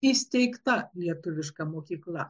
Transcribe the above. įsteigta lietuviška mokykla